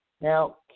Now